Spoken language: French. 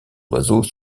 oiseaux